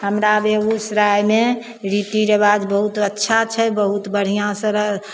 हमरा बेगुसरायमे रीतीरिबाज बहुत अच्छा छै बहुत बढ़िआँ से रऽ